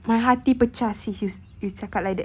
my hati pecah sis you you cakap like that